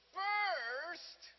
first